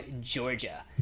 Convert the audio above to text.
georgia